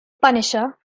punisher